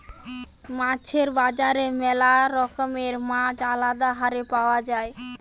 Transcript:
মাছের বাজারে ম্যালা রকমের মাছ আলদা হারে পাওয়া যায়